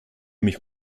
mich